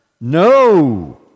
No